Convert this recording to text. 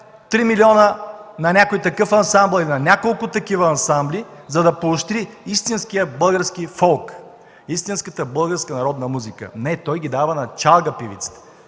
милиона на някой такъв ансамбъл и на няколко такива ансамбли, за да поощри истинския български фолк, истинската българска народна музика?! Не, той ги дава на чалга певиците